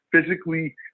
physically